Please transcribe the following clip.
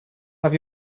have